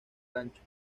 rancho